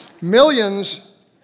millions